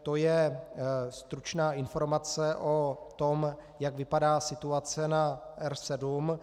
To je stručná informace o tom, jak vypadá situace na R7.